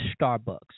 Starbucks